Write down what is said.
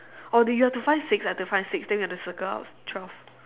or do you have to find six I have to find six then we have to circle out twelve